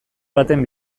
baten